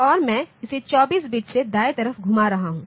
और मैं इसे 24 बिट्स से दाएं तरफ घुमा रहा हूं